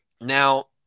Now